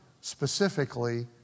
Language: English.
specifically